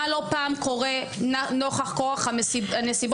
מה לא פעם קורה נוכח כורח הנסיבות.